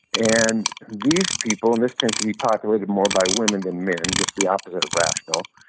and these people, and this tends to be populated more by women than men, and just the opposite of rational.